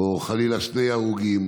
או חלילה שני הרוגים,